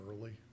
early